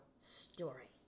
story